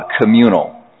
communal